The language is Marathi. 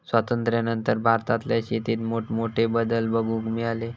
स्वातंत्र्यानंतर भारतातल्या शेतीत मोठमोठे बदल बघूक मिळाले